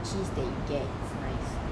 the cheese that you get is nice